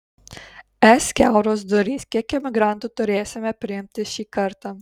es kiauros durys kiek imigrantų turėsime priimti šį kartą